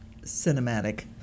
cinematic